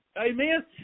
Amen